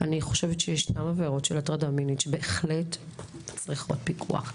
יש עבירות של הטרדה מינית שבהחלט צריכות פיקוח.